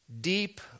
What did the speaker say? deep